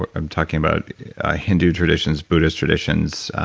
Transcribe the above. i'm talking about hindu traditions, buddhist traditions,